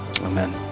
Amen